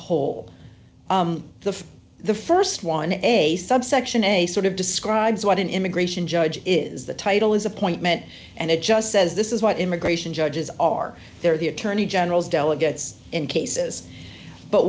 whole the the st one a sub section a sort of describes what an immigration judge is the title is appointment and it just says this is what immigration judges are there the attorney general's delegates in cases but